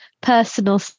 personal